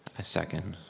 ah second.